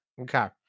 okay